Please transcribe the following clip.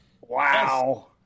Wow